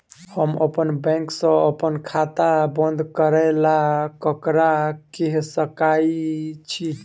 हम अप्पन बैंक सऽ अप्पन खाता बंद करै ला ककरा केह सकाई छी?